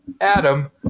adam